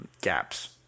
gaps